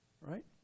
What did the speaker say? right